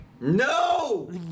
no